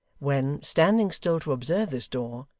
when, standing still to observe this door,